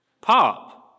Pop